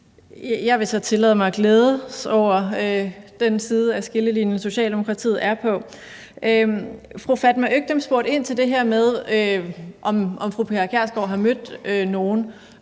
Jeg vil så tillade mig at glædes over, at det er den side af skillelinjen, Socialdemokratiet er på. Fru Fatma Øktem spurgte ind til det her med, om fru Pia Kjærsgaard har mødt nogle,